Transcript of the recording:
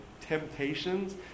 temptations